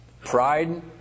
Pride